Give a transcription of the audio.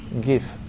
give